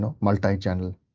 multi-channel